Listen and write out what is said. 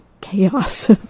chaos